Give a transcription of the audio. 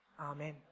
Amen